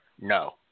No